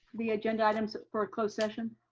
the agenda items for a closed session.